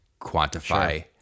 quantify